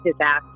disaster